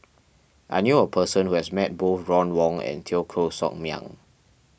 I knew a person who has met both Ron Wong and Teo Koh Sock Miang